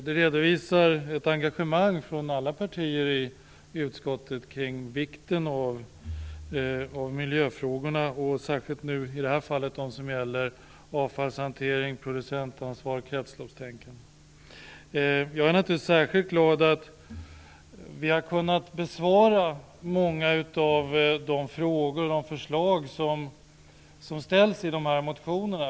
Det redovisar ett engagemang från alla partier i utskottet kring vikten av miljöfrågorna, och i det här fallet särskilt de som gäller avfallshantering, producentansvar och kretsloppstänkande. Jag är naturligtvis särskilt glad att vi har kunnat besvara många av de frågor och förslag som ställts i dessa motioner.